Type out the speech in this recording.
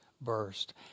burst